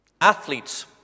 Athletes